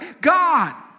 God